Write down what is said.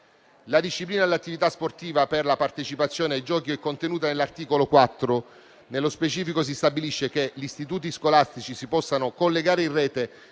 La disciplina dell'attività sportiva per la partecipazione ai giochi è contenuta nell'articolo 4: nello specifico, si stabilisce che gli istituti scolastici si possano collegare in rete